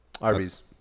Arby's